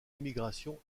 émigration